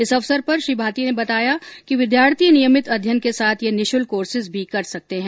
इस अवसर पर श्री भाटी ने बताया कि विद्यार्थी नियमित अध्ययन के साथ ये निःशुल्क कोर्सेज भी कर सकते हैं